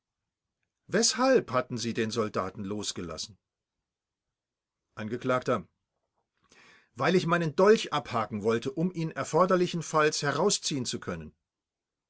weshalb hatten sie den soldaten losgelassen angekl weil ich meinen dolch abhaken wollte um ihn erforderlichenfalls herausziehen zu können